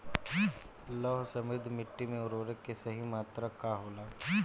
लौह समृद्ध मिट्टी में उर्वरक के सही मात्रा का होला?